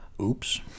oops